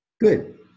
Good